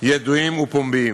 ידועים פומביים.